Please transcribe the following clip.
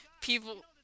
people